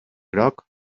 groc